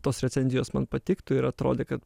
tos recenzijos man patiktų ir atrodė kad